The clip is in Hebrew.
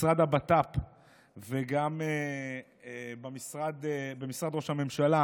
במשרד הבט"פ וגם במשרד ראש הממשלה,